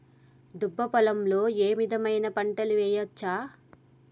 దుబ్బ పొలాల్లో ఏ విధమైన పంటలు వేయచ్చా?